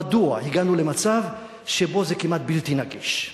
מדוע הגענו למצב שבו זה כמעט בלתי נגיש.